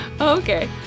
Okay